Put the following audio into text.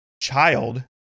child